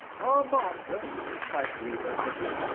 our master cried the weaver, bitterly.